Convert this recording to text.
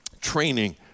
training